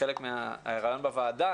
חלק מהרעיון בוועדה,